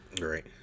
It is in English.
Great